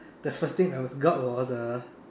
the first thing I was got was a